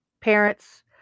parents